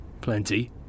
plenty